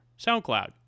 SoundCloud